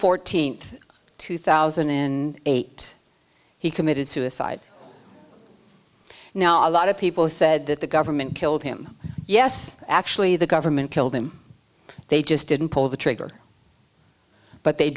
fourteenth two thousand and eight he committed suicide now a lot of people said that the government killed him yes actually the government killed him they just didn't pull the trigger but they